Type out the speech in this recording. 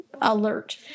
alert